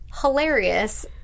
hilarious